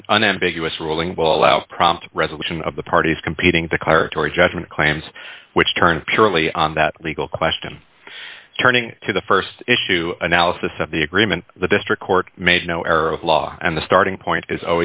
an unambiguous ruling will allow prompt resolution of the parties competing declaratory judgment claims which turned purely on that legal question turning to the st issue analysis of the agreement the district court made no error of law and the starting point is